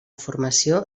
formació